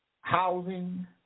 housing